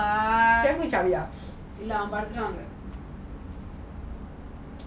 இன்னும் பதின்னூறு நிமிஷம் இருக்கிறது:inum pathinooru nimisam irukirathu